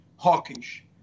hawkish